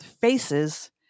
faces